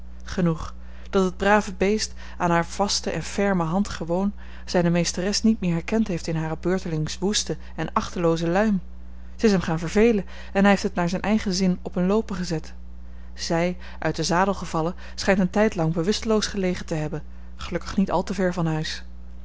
genoeg dat het brave beest aan haar vaste en ferme hand gewoon zijne meesteres niet meer herkend heeft in hare beurtelings woeste en achtelooze luim t is hem gaan vervelen en hij heeft het naar zijn eigen zin op een loopen gezet zij uit den zadel gevallen schijnt een tijdlang bewusteloos gelegen te hebben gelukkig niet al te ver van huis